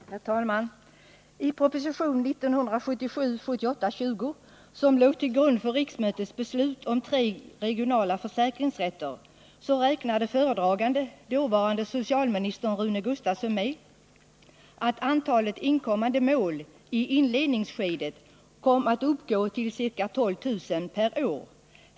Herr talman! I proposition 1977/78:20, som låg till grund för riksmötets beslut om inrättande av tre regionala försäkringsrätter, räknade föredraganden, dåvarande socialministern Rune Gustavsson, med att antalet inkommande mål i inledningsskedet skulle komma att uppgå till ca 12 000 per år.